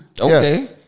Okay